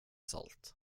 salt